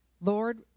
Lord